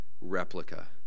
replica